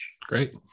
Great